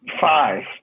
five